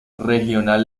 regional